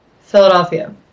Philadelphia